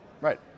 Right